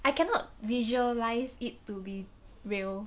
I cannot visualize it to be real